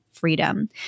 freedom